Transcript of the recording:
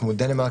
כמו דנמרק,